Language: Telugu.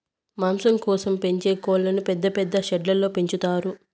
మాంసం కోసం పెంచే కోళ్ళను పెద్ద పెద్ద షెడ్లలో పెంచుతారు